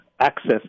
access